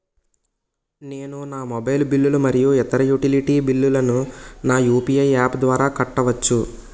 నేను నా మొబైల్ బిల్లులు మరియు ఇతర యుటిలిటీ బిల్లులను నా యు.పి.ఐ యాప్ ద్వారా కట్టవచ్చు